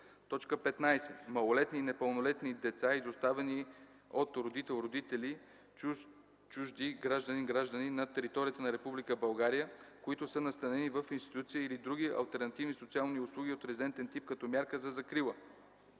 15. малолетни и непълнолетни деца, изоставени от родител/и - чужд/и гражданин/ни, на територията на Република България, които са настанени в институция или други алтернативни социални услуги от резидентен тип като мярка за закрила.”;